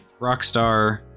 Rockstar